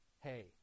hey